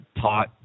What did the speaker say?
taught